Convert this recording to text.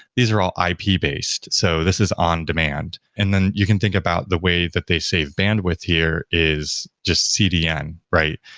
these are all ah ip-based. so this is on demand. and then you can think about the way that they save bandwidth here is just cdn, right?